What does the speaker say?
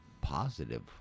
positive